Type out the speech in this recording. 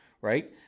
right